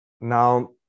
Now